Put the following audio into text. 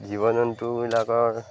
জীৱ জন্তুবিলাকৰ